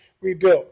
rebuilt